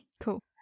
Cool